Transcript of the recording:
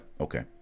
okay